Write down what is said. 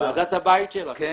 ועדת הבית שלכם.